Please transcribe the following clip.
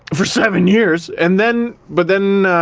for seven years. and then, but then,